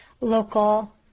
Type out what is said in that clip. local